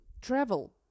travel